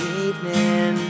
evening